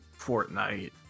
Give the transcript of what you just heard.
Fortnite